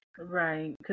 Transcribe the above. Right